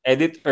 Edit